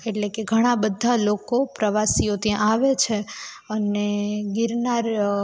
એટલે કે ઘણા બધા લોકો પ્રવાસીઓ ત્યાં આવે છે અને ગિરનાર